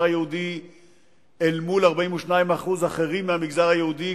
היהודי אל מול 42% אחרים מהמגזר היהודי,